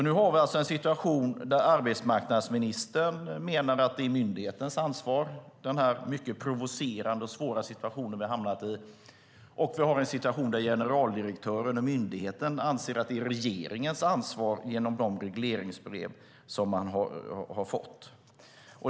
Nu har vi en situation där arbetsmarknadsministern menar att det är den mycket provocerande och svåra situation vi har hamnat i är myndighetens ansvar, och vi har en situation där generaldirektören och myndigheten anser att det är regeringens ansvar genom de regleringsbrev som man har fått.